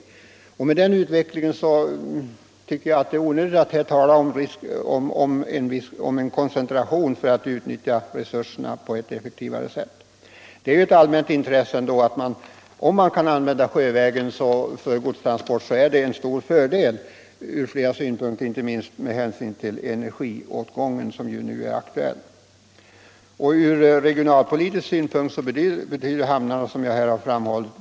Med hänsyn till den utvecklingen tycker jag det är onödigt att här tala om en koncentration för att utnyttja resurserna på ett effektivare sätt. Det är ändå ett allmänt intresse att använda sjövägen för godstransport, om det går. Det är en stor fördel ur flera synpunkter, inte minst med hänsyn till energiåtgången, som ju nu är aktuell. Ur regionalpolitisk synpunkt betyder hamnarna mycket, som jag här har framhållit.